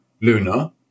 luna